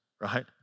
Right